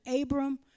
Abram